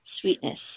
Sweetness